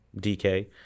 dk